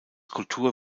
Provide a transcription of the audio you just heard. kultur